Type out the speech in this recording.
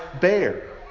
bear